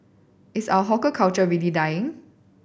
is our hawker culture really dying